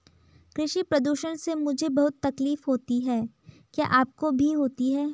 कृषि प्रदूषण से मुझे बहुत तकलीफ होती है क्या आपको भी होती है